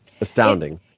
astounding